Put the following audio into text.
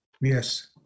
yes